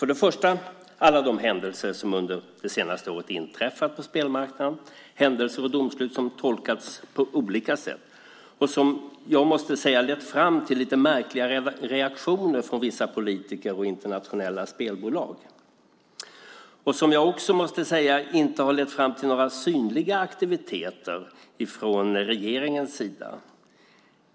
För det första handlar det om alla de händelser som under det senaste året inträffat på spelmarknaden, händelser och domslut som tolkats på olika sätt och som jag måste säga lett fram till lite märkliga reaktioner från vissa politiker och internationella spelbolag. Jag måste också säga att de inte har lett fram till några synliga aktiviteter från regeringens sida.